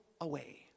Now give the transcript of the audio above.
away